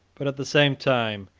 but, at the same time,